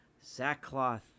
sackcloth